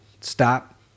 Stop